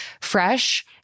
fresh